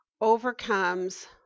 overcomes